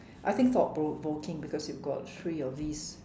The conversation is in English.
I think thought provoking because you've got three of these